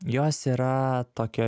jos yra tokioj